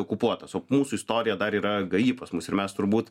okupuotas o mūsų istorija dar yra gaji pas mus ir mes turbūt